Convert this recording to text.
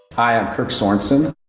i'm kirk sorensen.